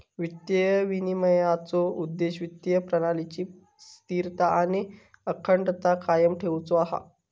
वित्तीय विनिमयनाचो उद्देश्य वित्तीय प्रणालीची स्थिरता आणि अखंडता कायम ठेउचो हा